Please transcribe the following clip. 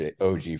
OG